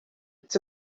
it’s